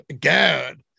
God